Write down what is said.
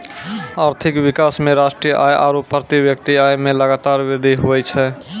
आर्थिक विकास मे राष्ट्रीय आय आरू प्रति व्यक्ति आय मे लगातार वृद्धि हुवै छै